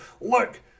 look